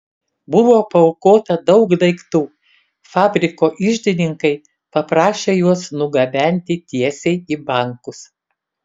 buvo paaukota daug daiktų fabriko iždininkai paprašė juos nugabenti tiesiai į bankus